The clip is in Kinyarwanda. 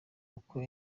uko